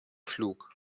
flug